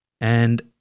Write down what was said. And-